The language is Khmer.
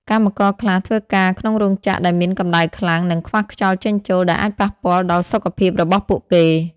កម្មករខ្លះធ្វើការក្នុងរោងចក្រដែលមានកំដៅខ្លាំង និងខ្វះខ្យល់ចេញចូល ដែលអាចប៉ះពាល់ដល់ សុខភាព របស់ពួកគេ។